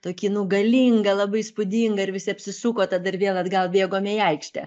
tokį nu galingą labai įspūdingą ir visi apsisuko tada ir vėl atgal bėgome į aikštę